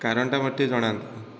କାରଣ ଟା ମତେ ଟିକିଏ ଜଣାନ୍ତୁ